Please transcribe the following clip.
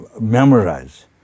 memorize